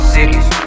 Cities